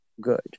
good